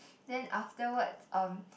then afterwards um